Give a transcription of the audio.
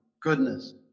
goodness